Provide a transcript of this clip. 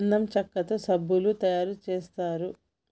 గంధం చెక్కతో సబ్బులు తయారు చేస్తారు